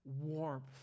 warmth